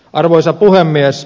arvoisa puhemies